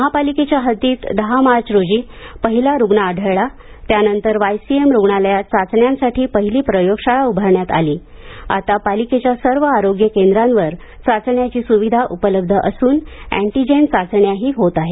महापालिकेच्या हद्दीत दहा मार्च रोजी पहिला रुग्ण आढळला त्यानंतर वायसीएम रुग्णालयात चाचण्यांसाठी पहिली प्रयोगशाळा उभारण्यात आली आता पालिकेच्या सर्व आरोग्य केंद्रांवर चाचण्यांची सुविधा उपलब्ध असून अँटिजेन चाचण्याही होत आहेत